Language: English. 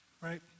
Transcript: right